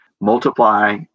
multiply